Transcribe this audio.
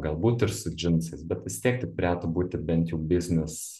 galbūt ir su džinsais bet vis tiek tai turėtų būti bent jau biznis